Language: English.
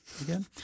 again